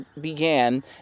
began